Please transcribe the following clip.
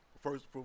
First